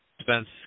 Spence